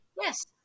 Yes